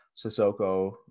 sissoko